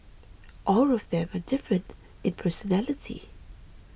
all of them are different in personality